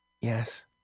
Yes